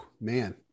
Man